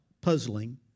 puzzling